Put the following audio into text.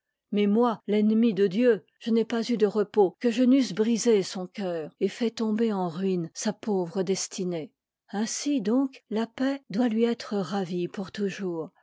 mais moi l'ennemi de dieu je n'ai pas eu de repos que je n'eusse brisé son cœur et fait tomber en ruine sa pauvre desti née ainsi donc la paix doit lui être ravie pour toujours